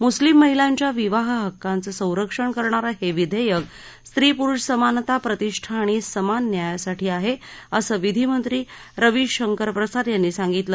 मुस्लीम महिलांच्या विवाह हक्कांचं संरक्षण करणारं हे विधेयक स्त्री पुरुष समानता प्रतिष्ठा आणि समान न्यायासाठी आहे असं विधीमंत्री रवी शंकर प्रसाद यांनी सांगितलं